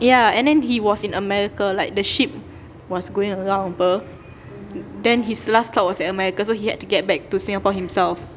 ya and then he was in america like the ship was going around [pe] then his last stop was at america so he had to get back to singapore himself